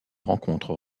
rencontre